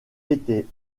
était